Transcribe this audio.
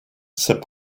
said